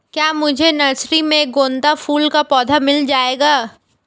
क्या मुझे नर्सरी में गेंदा फूल का पौधा मिल जायेगा?